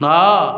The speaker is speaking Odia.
ନଅ